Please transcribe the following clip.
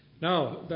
Now